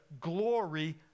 glory